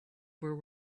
were